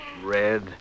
Red